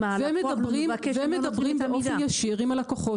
אם הלקוח מבקש הם לא נותנים את המידע.